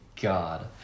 god